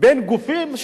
בין גופים.